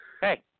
Hey